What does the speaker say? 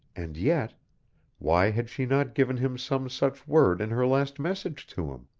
and yet why had she not given him some such word in her last message to him?